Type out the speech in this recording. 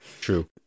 true